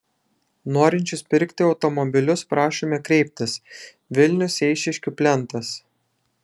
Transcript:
norinčius pirkti automobilius prašome kreiptis vilnius eišiškių plentas